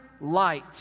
light